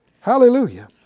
Hallelujah